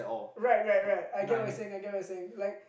right right right I get what you're saying I get what you're saying like